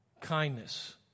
Kindness